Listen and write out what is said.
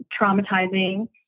traumatizing